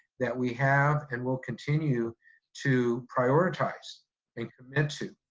that we have and will continue to prioritize and commit to.